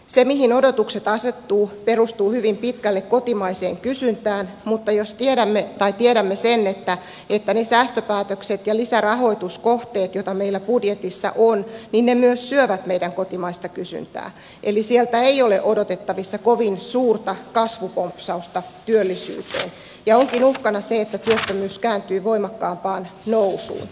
se mihin odotukset asettuvat perustuu hyvin pitkälle kotimaiseen kysyntään mutta tiedämme sen että ne säästöpäätökset ja lisärahoituskohteet joita meillä budjetissa on myös syövät meidän kotimaista kysyntäämme eli sieltä ei ole odotettavissa kovin suurta kasvupompsausta työllisyyteen ja onkin uhkana se että työttömyys kääntyy voimakkaampaan nousuun